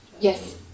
Yes